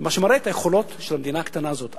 מה שמראה את היכולות של המדינה הקטנה הזאת.